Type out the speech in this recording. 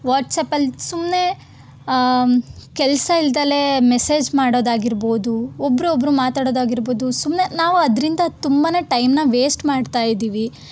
ವಾಟ್ಸ್ಆ್ಯಪಲ್ಲಿ ಸುಮ್ಮನೆ ಕೆಲಸ ಇಲ್ಲದಲೆ ಮೆಸೇಜ್ ಮಾಡೋದಾಗಿರ್ಬೋದು ಒಬ್ಬರು ಒಬ್ಬರು ಮಾತಾಡೋದಾಗಿರ್ಬೋದು ಸುಮ್ಮನೆ ನಾವು ಅದರಿಂದ ತುಂಬಾ ಟೈಮನ್ನ ವೇಸ್ಟ್ ಮಾಡ್ತಾ ಇದ್ದೀವಿ